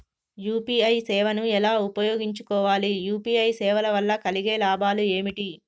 UPI సేవను ఎలా ఉపయోగించు కోవాలి? యూ.పీ.ఐ సేవల వల్ల కలిగే లాభాలు ఏమిటి?